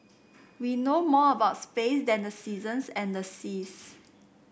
we know more about space than the seasons and the seas